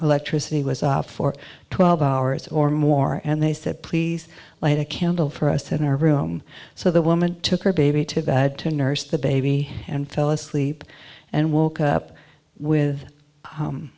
electricity was off for twelve hours or more and they said please light a candle for us in our room so the woman took her baby to bed to nurse the baby and fell asleep and woke up with